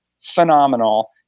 phenomenal